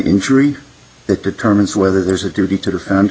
injury that determines whether there's a duty to the